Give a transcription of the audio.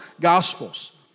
gospels